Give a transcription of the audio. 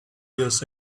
years